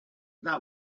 that